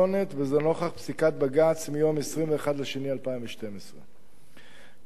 וזאת נוכח פסיקת בג"ץ מיום 21 בפברואר 2012. כזכור,